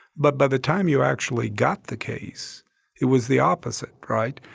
but by the time you actually got the case it was the opposite, right?